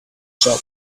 job